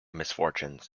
misfortunes